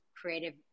creative